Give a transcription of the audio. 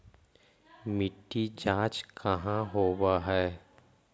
मिट्टी जाँच कहाँ होव है?